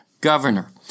governor